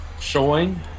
showing